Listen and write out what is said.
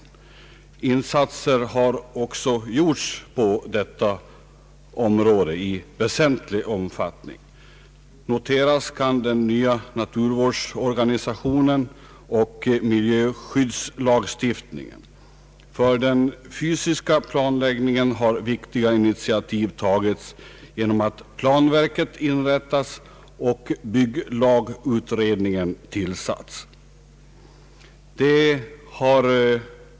Insatser har också gjorts på detta område i väsentlig omfattning. Noteras kan den nya naturvårdsorganisationen och miljöskyddslagstiftningen. För den fysiska planläggningen har viktiga initiativ tagits genom att planverket har inrättats och bygglagutredningen tillsatts.